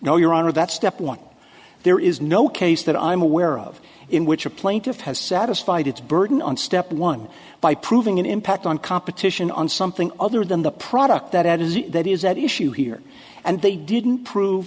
no your honor that's step one there is no case that i'm aware of in which a plaintiff has satisfied its burden on step one by proving an impact on competition on something other than the product that is that is at issue here and they didn't prove